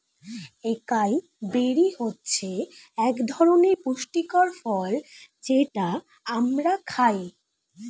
একাই বেরি হচ্ছে একধরনের পুষ্টিকর ফল যেটা আমরা খাই